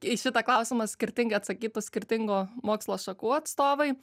į šitą klausimą skirtingai atsakytų skirtingų mokslo šakų atstovai